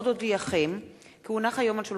הצעת חוק לתיקון